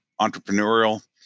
entrepreneurial